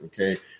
okay